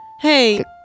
Hey